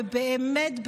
ובאמת,